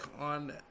on